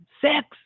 sex